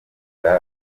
nda